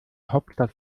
hauptstadt